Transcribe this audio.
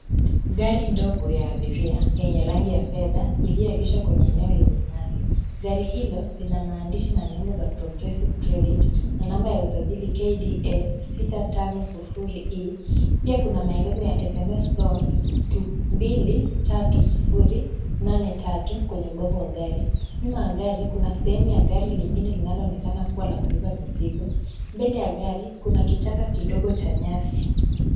Gari ndogo ya abiria yenye rangi ya fedha iliyoegeshwa kwenye eneo lenye nyasi. Gari hilo lina maandishi na nembo za progressive credit na namba ya usajili KDA 650E. Pia kuna maelezo ya sms loan to mbili tatu sufuri nane tatu kwenye ubavu wa gari. Nyuma ya gari kuna sehemu ya gari lingine linaloonekana kuwa la kubeba mizigo. Mbele ya gari kuna kichaka kidogo cha nyasi.